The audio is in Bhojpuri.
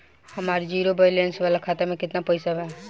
हमार जीरो बैलेंस वाला खाता में केतना पईसा बा?